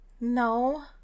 No